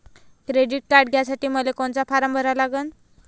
Credit card घ्यासाठी मले कोनचा फारम भरा लागन?